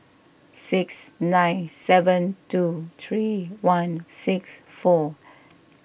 six nine seven two three one six four